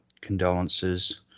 condolences